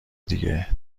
دیگه